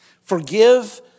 Forgive